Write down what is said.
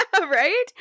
right